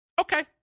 Okay